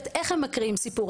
ואיך הם מקריאים סיפור,